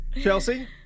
Chelsea